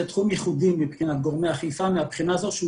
זה תחום ייחודי מבחינת גורמי אכיפה מהבחינה הזאת שהוא